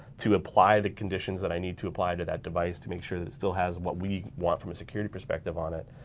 to apply the conditions that i need to apply to that device, to make sure that it still has what we want from a security perspective on it.